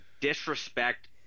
disrespect